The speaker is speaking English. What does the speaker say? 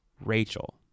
Rachel